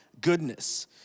goodness